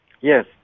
Yes